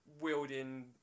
wielding